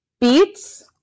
beets